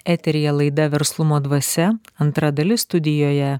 eteryje laida verslumo dvasia antra dalis studijoje